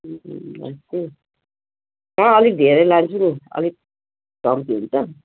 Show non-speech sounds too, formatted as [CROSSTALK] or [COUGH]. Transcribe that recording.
[UNINTELLIGIBLE] अँ अलिक धेरै लान्छु नि अलिक कम्ती हुन्छ